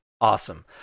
Awesome